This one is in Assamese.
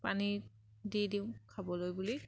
পানীত দি দিওঁ খাবলৈ বুলি